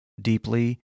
deeply